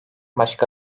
başka